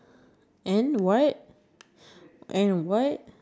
bigger and then they can be like a tiger